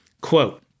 Quote